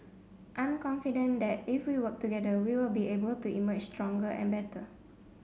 I'm confident that if we work together we will be able to emerge stronger and better